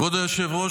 כבוד היושב-ראש,